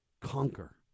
Conquer